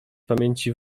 pamięci